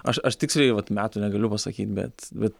aš aš tiksliai vat metų negaliu pasakyt bet bet